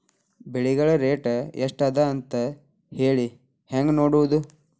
ಬೆಳೆಗಳ ರೇಟ್ ಎಷ್ಟ ಅದ ಅಂತ ಹೇಳಿ ಹೆಂಗ್ ನೋಡುವುದು?